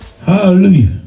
Hallelujah